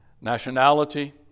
nationality